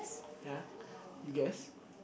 ya you guess